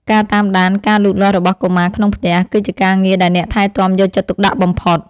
ការតាមដានការលូតលាស់របស់កុមារក្នុងផ្ទះ គឺជាការងារដែលអ្នកថែទាំយកចិត្តទុកដាក់បំផុត។